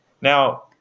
Now